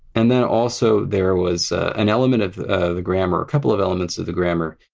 and then also there was an element of the the grammar, a couple of elements of the grammar,